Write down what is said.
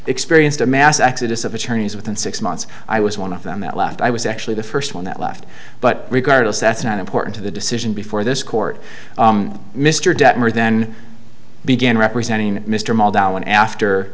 experienced a mass exodus of attorneys within six months i was one of them that left i was actually the first one that left but regardless that's not important to the decision before this court mr detmer then began representing mr maule dahlan after